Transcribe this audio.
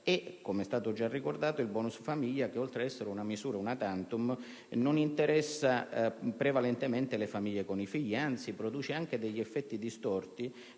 e, come è stato già ricordato, il *bonus* famiglia, oltre ad essere una misura *una tantum,* non interessa prevalentemente le famiglie con figli, anzi, produce anche effetti distorti